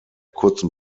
kurzen